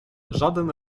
żaden